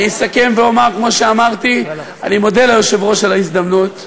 אני אסכם ואומר כמו שאמרתי: אני מודה ליושב-ראש על ההזדמנות,